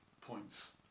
points